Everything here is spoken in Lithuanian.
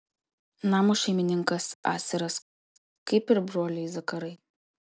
namo šeimininkas asiras kaip ir broliai zakarai